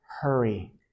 hurry